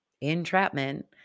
entrapment